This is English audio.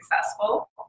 successful